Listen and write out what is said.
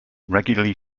regularly